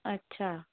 अच्छा